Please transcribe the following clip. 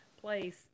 place